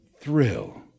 thrill